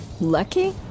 Lucky